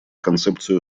концепцией